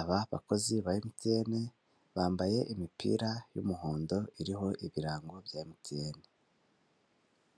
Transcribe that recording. aba bakozi ba MTN bambaye imipira y'umuhondo iriho ibirango bya MTN.